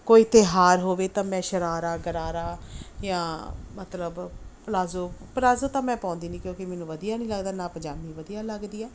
ਕੋਈ ਤਿਉਹਾਰ ਹੋਵੇ ਤਾਂ ਮੈਂ ਸ਼ਰਾਰਾ ਗਰਾਰਾ ਜਾਂ ਮਤਲਬ ਪਲਾਜੋ ਪਲਾਜੋ ਤਾਂ ਮੈਂ ਪਾਉਂਦੀ ਨਹੀਂ ਕਿਉਂਕਿ ਮੈਨੂੰ ਵਧੀਆ ਨਹੀਂ ਲੱਗਦਾ ਨਾ ਪਜਾਮੀ ਵਧੀਆ ਲੱਗਦੀ ਹੈ